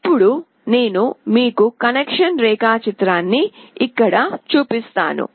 ఇప్పుడు నేను మీకు కనెక్షన్ రేఖాచిత్రాన్ని ఇక్కడ చూపిస్తాను